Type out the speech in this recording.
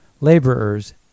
laborers